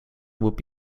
would